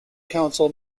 council